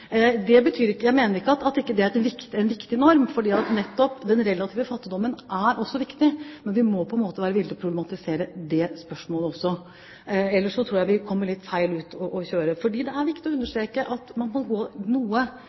Jeg mener ikke at det ikke er en viktig norm, for nettopp den relative fattigdommen er også viktig. Men vi må på en måte være villig til å problematisere det spørsmålet også, ellers tror jeg vi kommer litt feil ut å kjøre. Det er viktig å understreke at man må gå noe